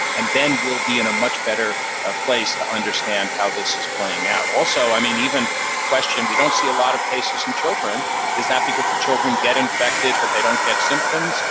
and then we'll be in a much better ah place to understand how this is playing out. also, i mean, even the question we don't see a lot of cases in children is that because the children get infected but they don't get symptoms,